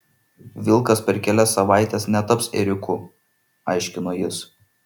vilkas per kelias savaites netaps ėriuku aiškino jis